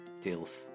DILF